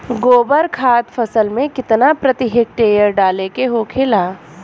गोबर खाद फसल में कितना प्रति हेक्टेयर डाले के होखेला?